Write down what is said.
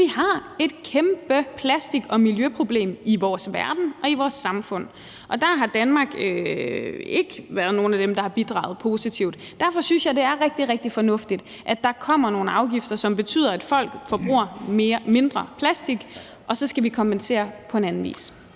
vi har et kæmpe plastik- og miljøproblem i vores verden og i vores samfund, og der har Danmark ikke været et af de lande, der har bidraget positivt. Derfor synes jeg, det er rigtig, rigtig fornuftigt, at der kommer nogle afgifter, som betyder, at folk forbruger mindre plastik, og så skal vi kompensere på anden vis.